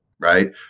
Right